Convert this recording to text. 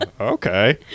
okay